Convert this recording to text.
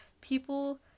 people